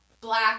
black